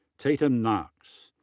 tatum knox.